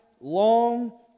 long